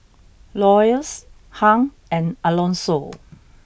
Lois Hung and Alonso